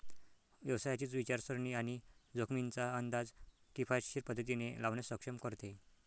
व्यवसायाची विचारसरणी आणि जोखमींचा अंदाज किफायतशीर पद्धतीने लावण्यास सक्षम करते